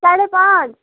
साढ़े पाँच